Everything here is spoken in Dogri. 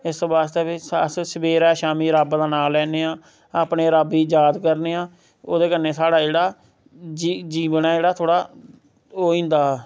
इस आस्तै अस सबेरे शामी रब्ब दा नां लैन्ने आं अपने रब्ब गी याद करने आं ओह्दे कन्ने स्हाड़़ा जेह्ड़ा जीवन ऐ जेह्ड़ा थोह्ड़ा ओह् होई जंदा